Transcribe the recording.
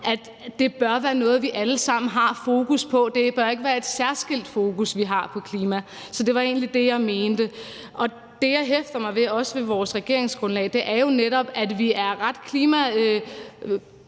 at det bør være noget, som vi alle sammen har fokus på. Det bør ikke være et særskilt fokus, vi har på klimaet. Så det var egentlig det, jeg mente, og det, jeg også hæfter mig ved vores i regeringsgrundlag, er jo netop, at vi er ret klimabevidste